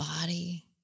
body